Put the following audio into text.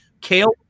kale